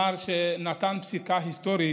ונתן פסיקה היסטורית,